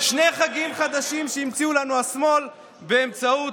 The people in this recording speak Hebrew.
שני חגים חדשים שהמציא לנו השמאל באמצעות